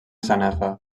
sanefa